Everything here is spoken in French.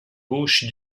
gauche